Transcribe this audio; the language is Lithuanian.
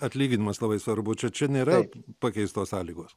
atlyginimas labai svarbu čia čia nėra pakeistos sąlygos